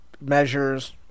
measures